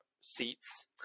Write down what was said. seats